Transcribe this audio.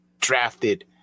drafted